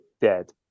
dead